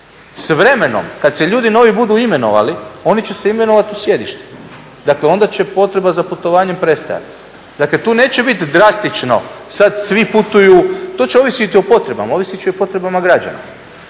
S vremenom, kad se ljudi novi budu imenovali, oni će se imenovati u sjedištu. Dakle, onda će potreba za putovanjem prestati. Dakle, tu neće biti drastično sad svi putuju, to će ovisiti o potrebama, ovisit će o potrebama građana.